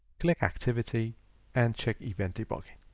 click activity and check event debugging.